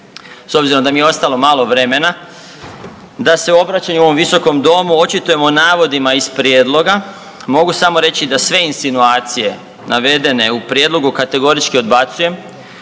S obzirom da mi je ostalo malo vremena da se u obraćanju ovom visokom domu očitujem o navodima iz prijedloga mogu samo reći da sve insinuacije navedene u prijedlogu kategorički odbacujem